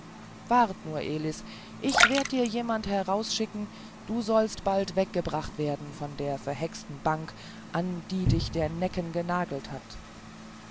wart nur elis ich werde dir jemand herausschicken du sollst bald weggebracht werden von der verhexten bank an die dich der näcken genagelt hat